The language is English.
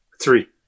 Three